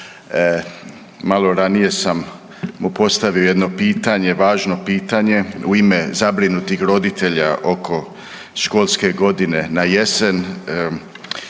Malo ranije sam postavio mu jedno važno pitanje u ime zabrinutih roditelja oko školske godine na jesen.